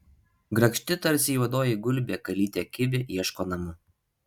grakšti tarsi juodoji gulbė kalytė kivi ieško namų